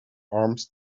arms